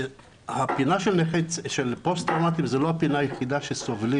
הפינה של פוסט טראומטיים זו לא הפינה היחידה שסובלים